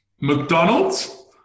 McDonald's